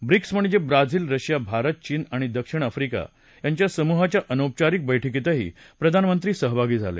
व्रिक्स म्हणजे Brazil Russia Bharat चीन आणि दक्षिण आफ्रिका यांच्या समूहाच्या अनौपचारिक बैठकीतही प्रधानमंत्री सहभागी झाले